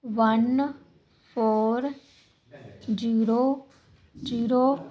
one four zero zero